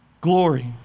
glory